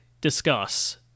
Discuss